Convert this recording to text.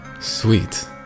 Sweet